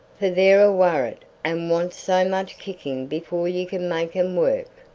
for they're a worrit and wants so much kicking before you can make em work,